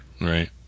Right